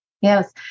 Yes